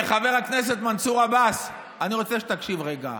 חבר הכנסת מנסור עבאס, אני רוצה שתקשיב רגע.